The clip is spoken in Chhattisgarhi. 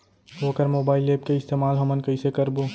वोकर मोबाईल एप के इस्तेमाल हमन कइसे करबो?